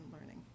learning